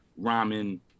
rhyming